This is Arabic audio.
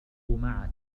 معك